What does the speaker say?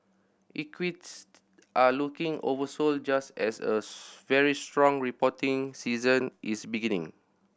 equities are looking oversold just as a very strong reporting season is beginning